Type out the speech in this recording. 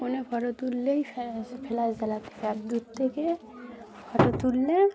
ফোনে ফটো তুললেই ফ ফ্ল্যাশ জালা থেকে আর দূর থেকে ফটো তুললে